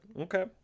Okay